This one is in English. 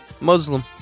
Muslim